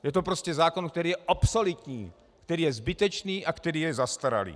Je to prostě zákon, který je obsoletní, který je zbytečný a který je zastaralý.